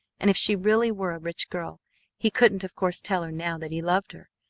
and if she really were a rich girl he couldn't of course tell her now that he loved her,